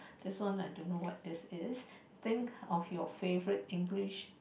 this one I don't know what this is think of your favorite English